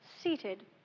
seated